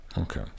Okay